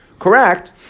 Correct